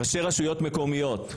ראשי רשויות מקומיות,